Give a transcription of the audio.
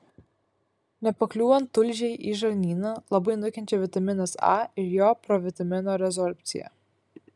nepakliūvant tulžiai į žarnyną labai nukenčia vitaminas a ir jo provitamino rezorbcija